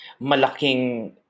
malaking